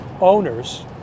owners